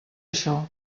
això